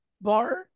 bar